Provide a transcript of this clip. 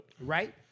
Right